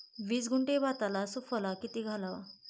वीस गुंठे भाताला सुफला किती घालावा?